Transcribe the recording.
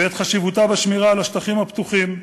ואת חשיבותה בשמירה על השטחים הפתוחים.